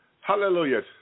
Hallelujah